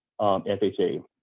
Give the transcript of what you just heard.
FHA